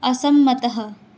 असम्मतः